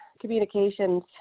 communications